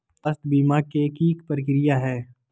स्वास्थ बीमा के की प्रक्रिया है?